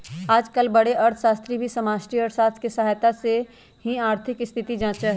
आजकल बडे अर्थशास्त्री भी समष्टि अर्थशास्त्र के सहायता से ही आर्थिक स्थिति जांचा हई